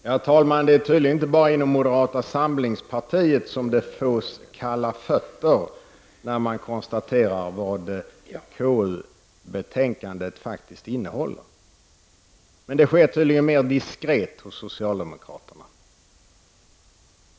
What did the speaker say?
Fru talman! Det är tydligen inte bara inom moderata samlingspartiet som det fås kalla fötter när man konstaterar vad KU-betänkandet faktiskt innehåller. Men det sker tydligen mer diskret hos socialdemokraterna.